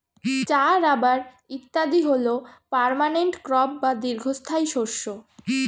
চা, রাবার ইত্যাদি হল পার্মানেন্ট ক্রপ বা দীর্ঘস্থায়ী শস্য